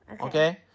okay